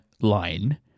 line